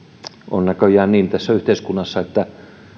on näköjään niin tässä yhteiskunnassa että